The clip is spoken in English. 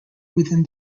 within